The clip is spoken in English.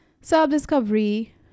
Self-discovery